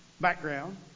background